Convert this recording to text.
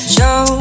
Show